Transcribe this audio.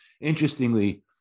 interestingly